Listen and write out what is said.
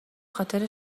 خاطر